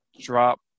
drop